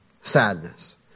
sadness